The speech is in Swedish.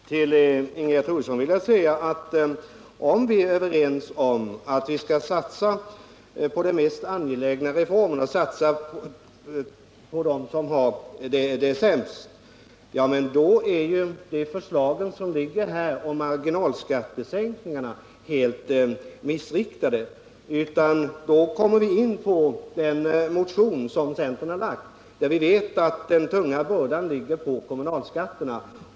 Herr talman! Till Ingegerd Troedsson vill jag säga att om vi är överens om att vi skall satsa på de mest angelägna reformerna och på de människor som har det sämst ställt, är de förslag om marginalskattesänkningar som Ingegerd Troedsson för fram helt missriktade. Jag vill då hänvisa till den motion som centern väckt och som utgår från det förhållandet att den tunga skattebördan utgörs av kommunalskatterna.